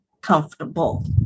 comfortable